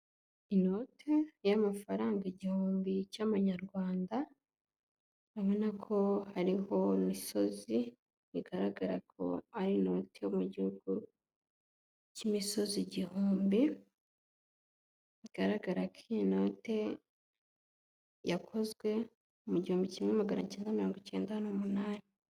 Inote y'amafaranga igihumbi cy'amanyarwanda, urabona ko hariho imisozi bigaragara ko ari inoti yo mu gihugu cy'imisozi igihumbi, bigaragara ko iyi note yakozwe mu gihumbi kimwe magana cyenda mirongo icyenda n'umunani.